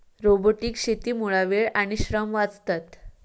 robotic शेतीमुळा वेळ आणि श्रम वाचतत